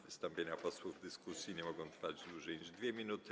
Wystąpienia posłów w dyskusji nie mogą trwać dłużej niż 2 minuty.